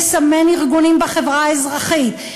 לסמן ארגונים בחברה האזרחית,